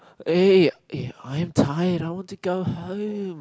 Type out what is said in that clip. eh I'm tired I want to go home